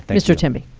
mr. temby.